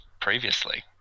previously